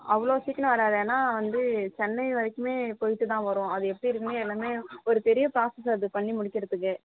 அவ்வளோ சீக்கிரம் வராது ஏன்னா வந்து சென்னை வரைக்குமே போய்விட்டு தான் வரும் அது எப்படி இருக்குமே எல்லாமே ஒரு பெரிய ப்ராசஸ் அதை பண்ணி முடிக்கிறதுக்கு